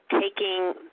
taking